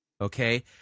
Okay